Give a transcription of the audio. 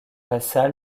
vassal